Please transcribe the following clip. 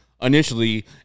initially